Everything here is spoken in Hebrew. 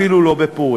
אפילו לא בפורים.